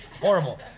Horrible